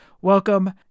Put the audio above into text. welcome